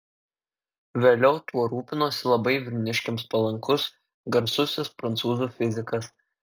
vėliau tuo rūpinosi labai vilniškiams palankus garsusis prancūzų fizikas